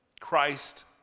Christ